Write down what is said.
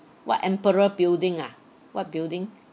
what emperor building ah what building